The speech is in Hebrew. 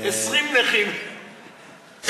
20 נכים סביבי,